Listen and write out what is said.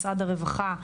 משרד הרווחה,